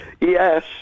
Yes